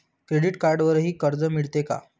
Credit कार्डवरही कर्ज मिळते का?